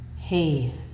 Hey